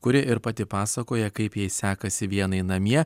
kuri ir pati pasakoja kaip jai sekasi vienai namie